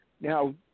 Now